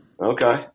Okay